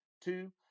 Two